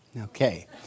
Okay